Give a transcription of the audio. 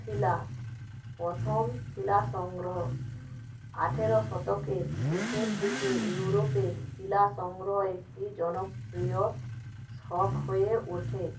সিলা প্রথম সিলা সংগ্রহ আঠেরো শতকের শেষের দিকে ইউরোপে সিলা সংগ্রহ একটি জনপ্রিয় শখ হয়ে ওঠে